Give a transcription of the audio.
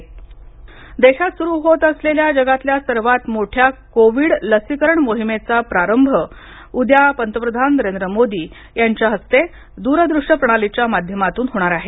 पंतप्रधान लसीकरण देशात सुरू होत असलेल्या जगातल्या सर्वात मोठ्या कोविड लसीकरण मोहिमेचा प्रारंभ उद्या पंतप्रधान नरेंद्र मोदी यांच्या हस्ते दूरदृश्य प्रणालीच्या माध्यमातून होणार आहे